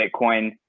Bitcoin